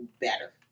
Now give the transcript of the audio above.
better